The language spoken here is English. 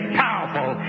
powerful